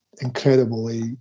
incredibly